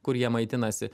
kur jie maitinasi